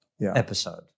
episode